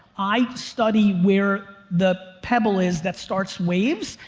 i study where the pebble is that starts waves.